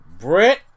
Brett